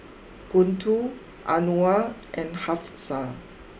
Guntur Anuar and Hafsa